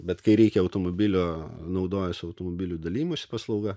bet kai reikia automobilio naudojuosi automobilių dalijimosi paslauga